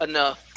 Enough